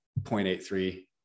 0.83